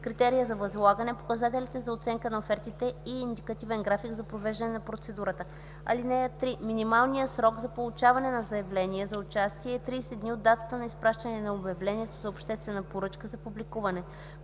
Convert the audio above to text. критерия за възлагане, показателите за оценка на офертите и индикативен график за провеждане на процедурата. (3) Минималният срок за получаване на заявления за участие е 30 дни от датата на изпращане на обявлението за обществена поръчка за публикуване.